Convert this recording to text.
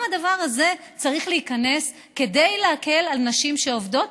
גם הדבר הזה צריך להיכנס כדי להקל על נשים שעובדות,